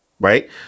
right